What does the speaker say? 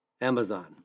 Amazon